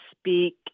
speak